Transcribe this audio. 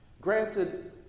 granted